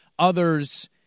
Others